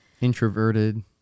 Introverted